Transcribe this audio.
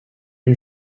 une